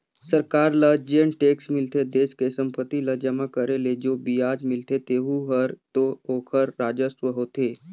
सरकार ल जेन टेक्स मिलथे देस के संपत्ति ल जमा करे ले जो बियाज मिलथें तेहू हर तो ओखर राजस्व होथे